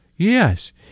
Yes